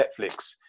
Netflix